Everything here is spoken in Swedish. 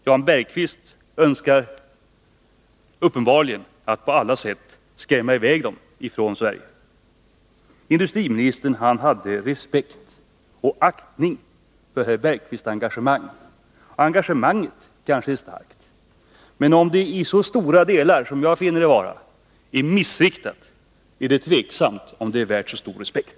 Jan Bergqvist önskar uppenbarligen på alla sätt skrämma i väg dem från Sverige. Industriministern hade respekt och aktning för herr Bergqvists engagemang. Och engagemanget kanske är starkt. Men om det i så stora delar som jag finner det vara är missriktat, är det tveksamt om det är värt så stor respekt.